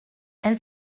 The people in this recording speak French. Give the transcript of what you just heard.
elle